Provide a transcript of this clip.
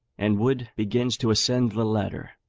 and wood begins to ascend the ladder,